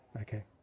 Okay